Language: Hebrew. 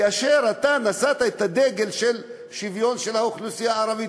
כאשר אתה נשאת את הדגל של שוויון לאוכלוסייה הערבית?